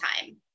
time